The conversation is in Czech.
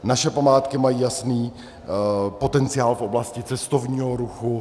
Naše památky mají jasný potenciál v oblasti cestovního ruchu.